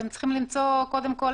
קודם כול,